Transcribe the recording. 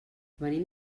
venim